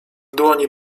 dłoni